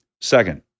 Second